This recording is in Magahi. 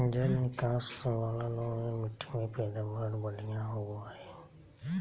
जल निकास वला दोमट मिट्टी में पैदावार बढ़िया होवई हई